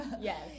Yes